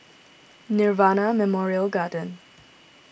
Nirvana Memorial Garden